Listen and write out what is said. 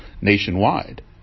nationwide